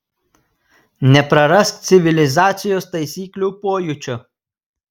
neprarask civilizacijos taisyklių pojūčio